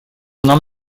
нам